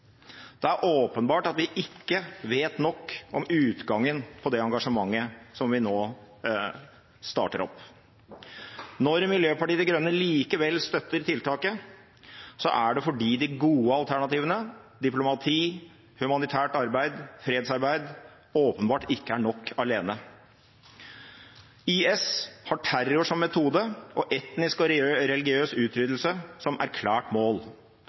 Det er åpenbart at vi ikke vet nok om utgangen på det engasjementet som vi nå starter opp. Når Miljøpartiet De Grønne likevel støtter tiltaket, er det fordi de gode alternativene – diplomati, humanitært arbeid, fredsarbeid – åpenbart ikke er nok alene. IS har terror som metode og etnisk og religiøs utryddelse som erklært mål.